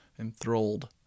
enthralled